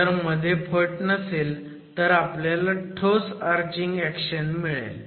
जर मध्ये फट नसेल तर आपल्याला ठोस आर्चिंग ऍक्शन मिळेल